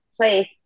place